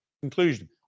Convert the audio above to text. Conclusion